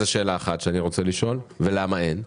זאת שאלה אחת שאני רוצה לשאול וגם שואל למה אין.